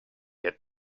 had